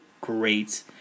great